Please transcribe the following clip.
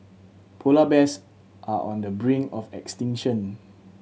polar bears are on the brink of extinction